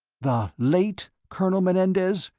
the late colonel menendez?